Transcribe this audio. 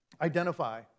identify